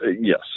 Yes